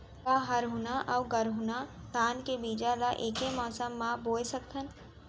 का हरहुना अऊ गरहुना धान के बीज ला ऐके मौसम मा बोए सकथन?